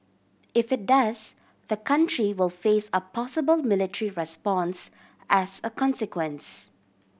if it does the country will face a possible military response as a consequence